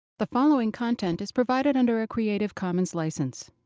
the following content is provided under a creative commons license.